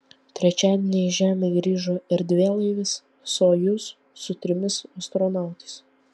trečiadienį į žemę grįžo erdvėlaivis sojuz su trimis astronautais